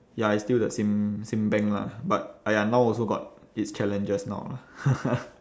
ya it's still the same same bank lah but !aiya! now also got its challenges now lah